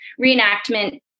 reenactment